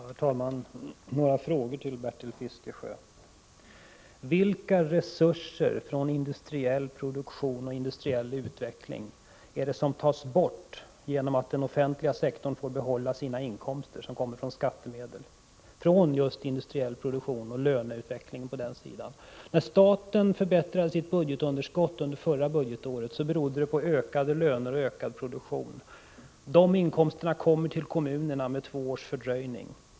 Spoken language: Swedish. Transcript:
Herr talman! Jag vill ställa några frågor till Bertil Fiskesjö. Vilka resurser är det som tas bort från industriell produktion och industriell utveckling om den offentliga sektorn får behålla sina inkomster genom skattemedel från just industriell produktion och löneutveckling? När staten förbättrade sitt budgetunderskott under förra budgetåret berodde det på höjda löner och ökad produktion. De inkomsterna kommer till kommunerna med två års fördröjning.